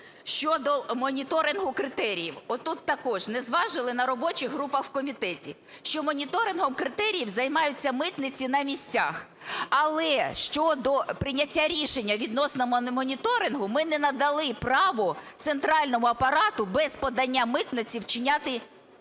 Щодо моніторингу критеріїв. От тут також не зважили на робочих групах в комітеті, що моніторингом критеріїв займаються митниці на місцях. Але щодо прийняття рішення відносно моніторингу ми не надали право центральному апарату без подання митниці вчиняти певні